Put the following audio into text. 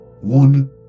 one